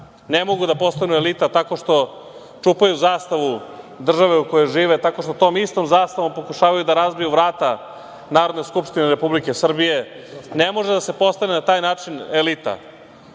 ne mogu da postanu elita, tako što čupaju zastavu države u kojoj žive, tako što to istom zastavom pokušavaju da razbiju vrata Narodne skupštine Republike Srbije. Ne može da se postane na taj način elita.